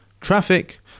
Traffic